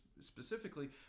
specifically